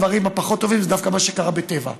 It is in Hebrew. הדברים הפחות-טובים זה דווקא מה שקרה בטבע.